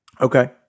okay